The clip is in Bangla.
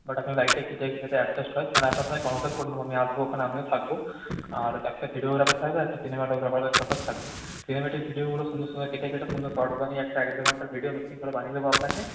বাট আপনারা লাইটটা দেখে নেবেন যাতে অ্যাডজাস্ট হয় মানে আপনার সাথে কনসাল্ট করে নেবো আমি আসবো ওখানে আমিও থাকবো আর একটা ভিডিওগ্রাফার থাকবে আর একটা সিনেমাটোগ্রাফার থাকবে সিনেমেটিক ভিডিওগুলো সুন্দর করে কেটে কেটে সুন্দর শর্ট বানিয়ে একটা এক দেড় ঘন্টার ভিডিও মিক্সিং করে বানিয়ে দেব আপনাকে